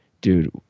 Dude